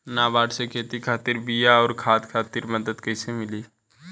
नाबार्ड से खेती खातिर बीया आउर खाद खातिर मदद कइसे मिली?